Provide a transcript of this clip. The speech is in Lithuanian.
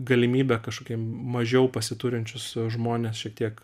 galimybė kažkokiem mažiau pasiturinčius žmones šiek tiek